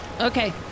okay